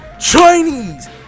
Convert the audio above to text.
Chinese